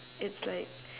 it's like